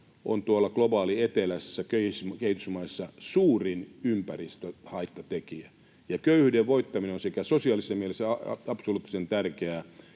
on tuolla globaalissa etelässä, kehitysmaissa, suurin ympäristöhaittatekijä. Köyhyyden voittaminen on absoluuttisen tärkeää